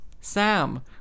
Sam